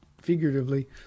figuratively